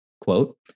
quote